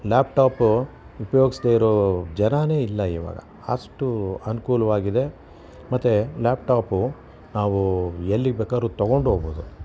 ಲ್ಯಾಪ್ top ಉಪ್ಯೋಗಿಸ್ದೆ ಇರೊ ಜನನೇ ಇಲ್ಲ ಇವಾಗ ಅಷ್ಟು ಅನುಕೂಲ್ವಾಗಿದೆ ಮತ್ತು ಲ್ಯಾಪ್ ಟಾಪು ನಾವು ಎಲ್ಲಿಗೆ ಬೇಕಾದ್ರು ತಗೊಂಡು ಹೋಗ್ಬೋದು